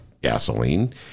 gasoline